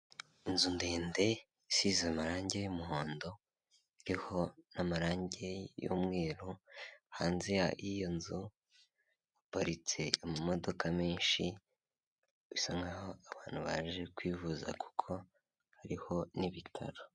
Inzu ndende isize amarange y'umuhondo iriho n'amarange y'umweru, hanze y'iyo nzu haparitse amamodoka menshi, bisa nk'aho abantu baje kwivuza kuko hariho n'ibitaro.